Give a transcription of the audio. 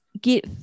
get